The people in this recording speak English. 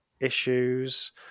issues